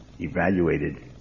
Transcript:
evaluated